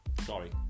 sorry